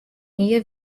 jier